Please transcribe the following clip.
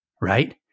right